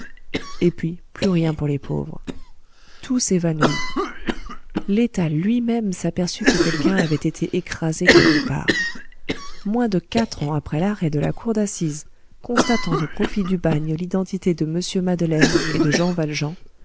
et puis plus rien pour les pauvres tout s'évanouit l'état lui-même s'aperçut que quelqu'un avait été écrasé quelque part moins de quatre ans après l'arrêt de la cour d'assises constatant au profit du bagne l'identité de mr madeleine et de jean valjean